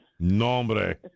Nombre